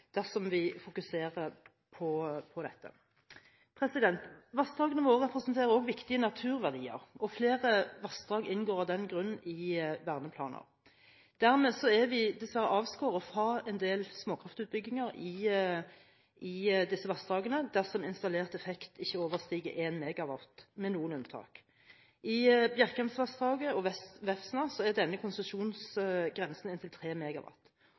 dersom vi fokuserer på dette. Vassdragene våre representerer også viktige naturverdier, og flere vassdrag inngår av den grunn i verneplaner. Dermed er vi dessverre avskåret fra en del småkraftutbygginger i disse vassdragene dersom installert effekt ikke overstiger 1 MW – med noen unntak. I Bjerkreimvassdraget og Vefsna er denne konsesjonsgrensen inntil